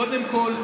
קודם כול,